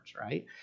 right